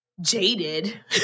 jaded